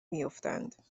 بیفتند